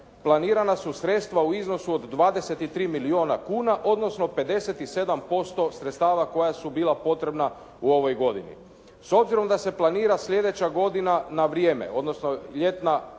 planirana su sredstva u i8znosu od 23 milijuna kuna, odnosno 57% sredstava koja su bila potrebna u ovoj godini. S obzirom da se planira sljedeća godina na vrijeme, odnosno ljetna